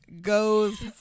goes